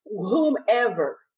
whomever